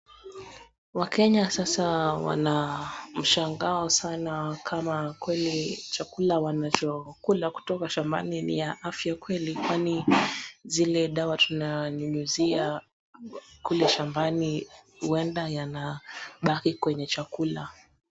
Wa kenya sasa wanamshangao kama kweli chakula wanazo kula kutoka shamabani ni ya afya kweli kwani zile dawa tunanyunyuzia kule shambani huenda yanabaki kwenye chakula.